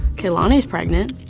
kehlani's pregnant.